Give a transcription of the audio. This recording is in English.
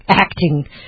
acting